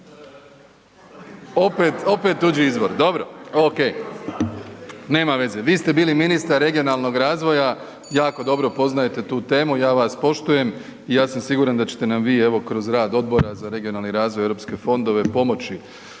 se./… Opet tuđi izvor, dobro, ok. Nema veze, vi ste bili ministar regionalnog razvoja jako dobro poznajte tu temu i ja vas poštujem i ja sam siguran da ćete nam vi evo kroz rad Odbora za regionalni razvoj i europske fondove pomoći